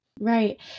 Right